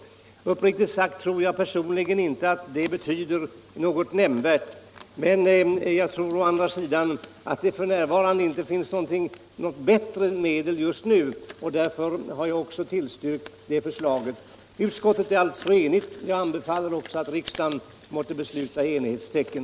Uppriktigt sagt tror jag personligen inte att det betyder något nämnvärt, men jag anser å andra sidan att det inte finns något bättre medel just nu, och därför har jag också tillstyrkt det förslaget. Utskottet är alltså enigt. Jag anbefaller också riksdagen att besluta i enighetens tecken.